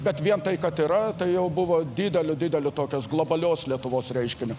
bet vien tai kad yra tai jau buvo dideliu dideliu tokios globalios lietuvos reiškiniu